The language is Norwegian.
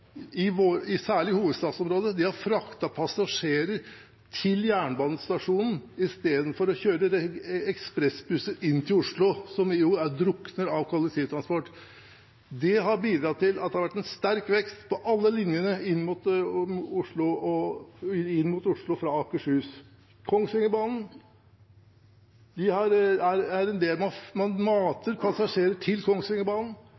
særlig i hovedstadsområdet, fraktet passasjerer til jernbanestasjonen i stedet for å kjøre ekspressbusser inn til Oslo, som jo drukner i kollektivtransport. Det har bidratt til en sterk vekst på alle linjene inn mot Oslo fra Akershus. Man mater passasjerer til Kongsvingerbanen. Den bringer folk inn til Oslo. Man mater passasjerer til Gjøvikbanen. Den bringer folk inn til Oslo. NSB har